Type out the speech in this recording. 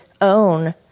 own